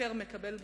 המבקר מקבל בימינו.